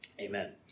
Amen